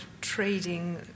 trading